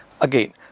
Again